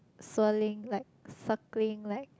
swirling like circling like